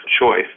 choice